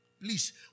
please